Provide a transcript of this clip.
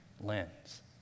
lens